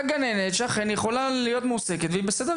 גננת שאכן יכולה להיות מועסקת והיא בסדר.